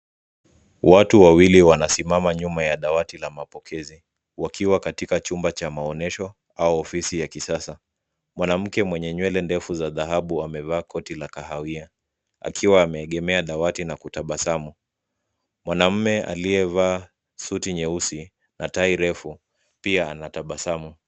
Watu wawili wanasimama nyuma ya dawati la mapokezi, wakiwa katika chumba cha maonyesho, au ofisi ya kisasa. Mwanamke mwenye nywele ndefu za dhahabu amevaa koti la kahawia. Akiwa ameegemea dawati na kutabasamu. Mwanamume aliyevaa suti nyeusi, na tai refu, pia anatabasamu.